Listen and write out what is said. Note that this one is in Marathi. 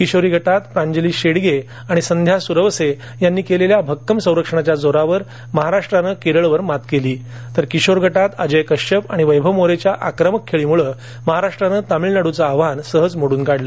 किशोरी गटात प्रांजली शेडगे आणि संध्या सुरवसे यांनी केलेल्या भक्कम संरक्षणाच्या जोरावर महाराष्ट्रानं केरळवर मात केली तर किशोर गटात अजय कश्यप आणि वैभव मोरेच्या आक्रमक खेळीमुळं महाराष्ट्रानं तामिळनाड्चं आव्हान सहज मोड्न काढलं